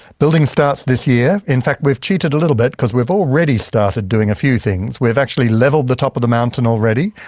building starts this year. in fact we've cheated a little bit because we've already started doing a few things. we've actually leveled the top of the mountain already.